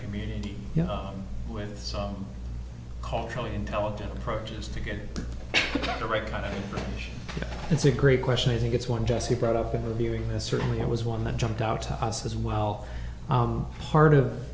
community with some culturally intelligent approaches to get the right kind of it's a great question i think it's one jesse brought up in the hearing that certainly it was one that jumped out to us as well part of